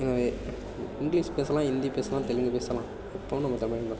English பேசலாம் ஹிந்தி பேசலாம் தெலுங்கு பேசலாம் எப்போவும் நம்ம தமிழன்தான்